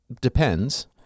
depends